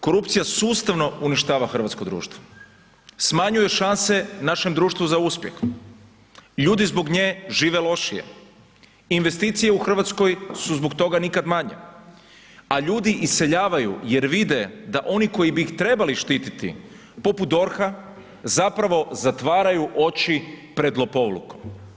Korupcija sustavno uništava hrvatsko društvo, smanjuje šanse našem društvu za uspjeh, ljudi zbog nje žive lošije, investicije u Hrvatskoj su zbog toga nikad manje, a ljudi iseljavaju jer vide da oni koji bi ih trebali štititi, poput DORH-a zapravo zatvaraju oči pred lopovlukom.